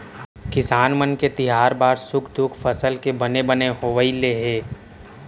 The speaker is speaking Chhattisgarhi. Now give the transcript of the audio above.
किसान मन के तिहार बार सुख दुख फसल के बने बने होवई ले हे